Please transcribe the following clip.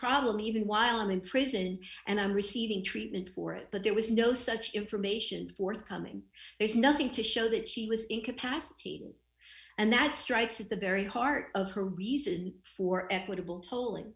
problem even while i'm in prison and i'm receiving treatment for it but there was no such information forthcoming there's nothing to show that she was incapacitated and that strikes at the very heart of her reason for equitable